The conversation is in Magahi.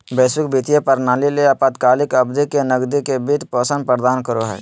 वैश्विक वित्तीय प्रणाली ले अल्पकालिक अवधि के नकदी के वित्त पोषण प्रदान करो हइ